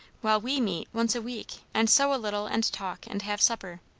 while we meet once a week and sew a little, and talk, and have supper.